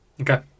Okay